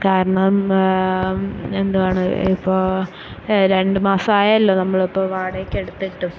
കാരണം എന്തുവാണ് ഇപ്പോൾ രണ്ട് മാസമായല്ലോ നമ്മളിപ്പം വാടകക്കെടുത്തിട്ടും